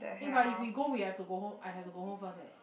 eh but if we go we have I have to go home first eh